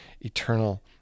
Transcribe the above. eternal